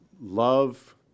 love